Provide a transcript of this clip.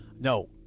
No